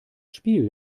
spiel